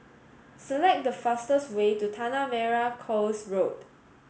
select the fastest way to Tanah Merah Coast Road